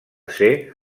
ser